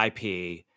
IP